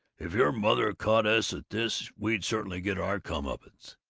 if your mother caught us at this, we'd certainly get our come-uppance!